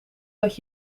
dat